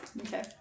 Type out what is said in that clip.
Okay